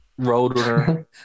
roadrunner